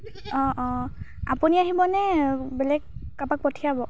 অঁ অঁ আপুনি আহিবনে বেলেগ কাৰোবাক পঠিয়াব